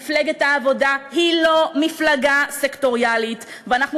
מפלגת העבודה היא לא מפלגה סקטוריאלית ואנחנו